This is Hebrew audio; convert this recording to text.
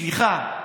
סליחה,